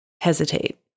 hesitate